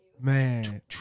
Man